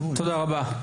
תודה רבה.